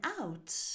out